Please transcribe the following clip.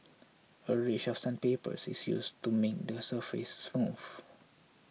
a range of sandpapers is used to make the surface smooth